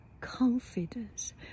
confidence